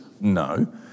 No